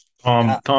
Tom